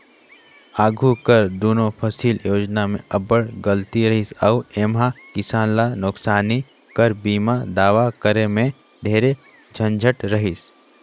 आघु कर दुनो फसिल योजना में अब्बड़ गलती रहिस अउ एम्हां किसान ल नोसकानी कर बीमा दावा करे में ढेरे झंझट रहिस